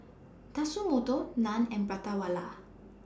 Tatsumoto NAN and Prata Wala